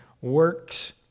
Works